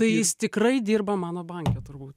tai jis tikrai dirba mano banke turbūt